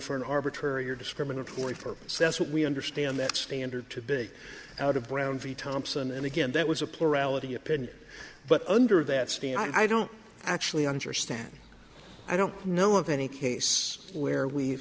for an arbitrary or discriminatory for us that's what we understand that standard to big out of brown v thompson and again that was a plurality opinion but under that stand i don't actually understand i don't know of any case where